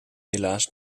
helaas